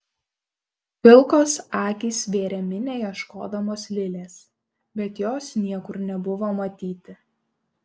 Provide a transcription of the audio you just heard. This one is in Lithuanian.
pilkos akys vėrė minią ieškodamos lilės bet jos niekur nebuvo matyti